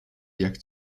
jak